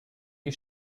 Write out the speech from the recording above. die